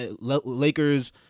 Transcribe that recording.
Lakers